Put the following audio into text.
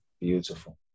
Beautiful